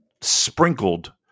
Sprinkled